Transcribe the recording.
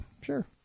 Sure